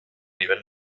nivel